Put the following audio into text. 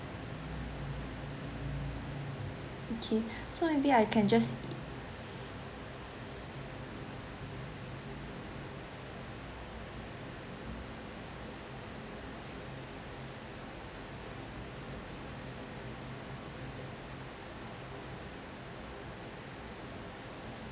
okay so maybe I can just